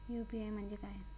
UPI म्हणजे काय?